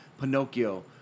Pinocchio